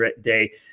day